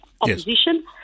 opposition